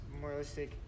moralistic